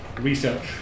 research